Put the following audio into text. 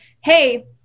Hey